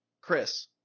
Chris